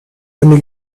eine